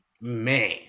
Man